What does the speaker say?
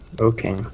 Okay